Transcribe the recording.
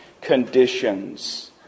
conditions